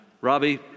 Robbie